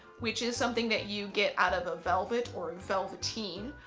which is something that you get out of a velvet or a velveteen,